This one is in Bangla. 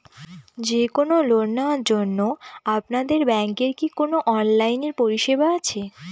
যে কোন লোন নেওয়ার জন্য আপনাদের ব্যাঙ্কের কি কোন অনলাইনে পরিষেবা আছে?